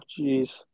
jeez